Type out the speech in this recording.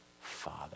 father